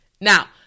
Now